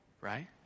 Right